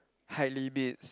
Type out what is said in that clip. height limits